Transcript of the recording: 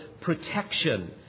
protection